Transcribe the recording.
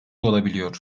olabiliyor